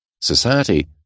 society